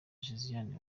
josiane